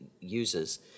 users